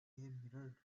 mirrored